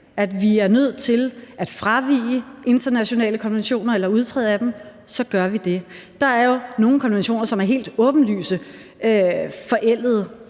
at vi er nødt til at fravige internationale konventioner eller udtræde af dem, så gør vi det. Der er jo nogle konventioner, som er helt åbenlyst forældede: